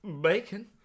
Bacon